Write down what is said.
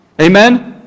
Amen